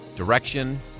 Direction